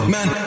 Man